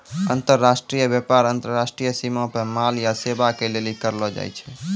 अन्तर्राष्ट्रिय व्यापार अन्तर्राष्ट्रिय सीमा पे माल या सेबा के लेली करलो जाय छै